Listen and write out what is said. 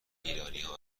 ایرانیها